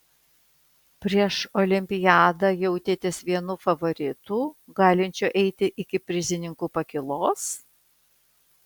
prieš olimpiadą jautėtės vienu favoritų galinčiu eiti iki prizininkų pakylos